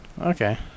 okay